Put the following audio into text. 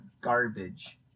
garbage